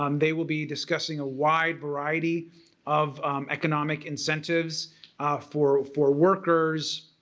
um they will be discussing a wide variety of economic incentives for for workers,